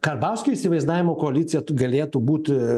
karbauskio įsivaizdavimu koalicija galėtų būti